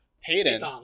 Payton